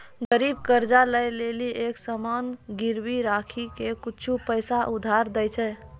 गरीब कर्जा ले लेली एक सामान गिरबी राखी के कुछु पैसा उधार लै छै